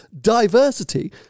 Diversity